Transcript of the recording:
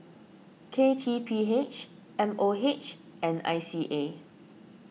K T P H M O H and I C A